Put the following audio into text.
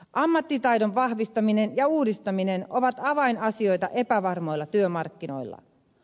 ammattitaidon vahvistaminen ja uudistaminen ovat avainasioita epävarmoilla työmarkkinoilla